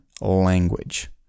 language